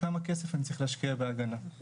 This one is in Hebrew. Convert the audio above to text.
כמה כסף אני צריך להשקיע בהגנה.